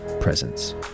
presence